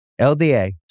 LDA